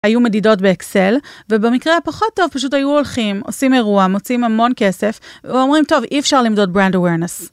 היו מדידות באקסל ובמקרה הפחות טוב פשוט היו הולכים, עושים אירוע, מוצאים המון כסף ואומרים טוב אי אפשר למדוד ברנד אווירנס.